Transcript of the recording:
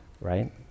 right